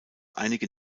einige